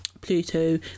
Pluto